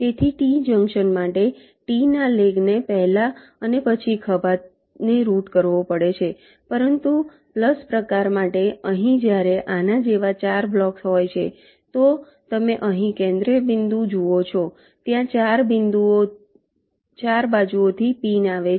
તેથી T junction માટે T ના લેગ ને પહેલા અને પછી ખભાને રૂટ કરવો પડે છે પરંતુ પ્લસ પ્રકાર માટે અહીં જ્યારે આના જેવા 4 બ્લોક હોય છે તો તમે અહીં કેન્દ્રીય બિંદુ જુઓ છો ત્યાં 4 બાજુઓથી પિન આવે છે